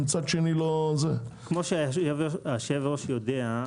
ומצד שני- -- כפי שהיושב-ראש יודע,